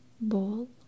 ball